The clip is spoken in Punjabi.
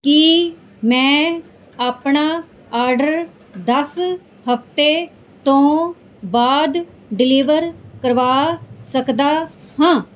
ਕੀ ਮੈਂ ਆਪਣਾ ਆਰਡਰ ਦਸ ਹਫ਼ਤੇ ਤੋਂ ਬਾਅਦ ਡਿਲੀਵਰ ਕਰਵਾ ਸਕਦਾ ਹਾਂ